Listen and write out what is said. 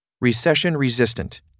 Recession-resistant